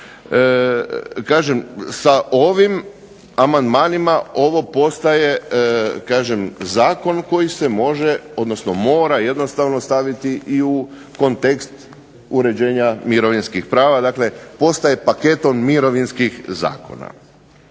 Kažem sa ovim amandmanima ovo postaje zakon koji se mora jednostavno staviti i u kontekst uređenja mirovinskih prava, dakle postaje paketom mirovinskih zakona.